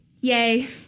Yay